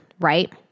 right